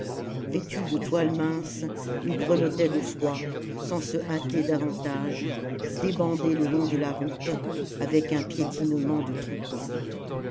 vêtus de toile mince ils grelottaient de froid sans se hâter davantage débandés le long de la route avec un piétinement de troupeau